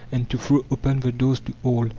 and to throw open the doors to all,